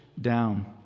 down